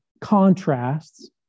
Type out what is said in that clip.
contrasts